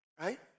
right